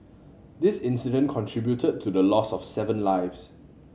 this incident contributed to the loss of seven lives